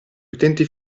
utenti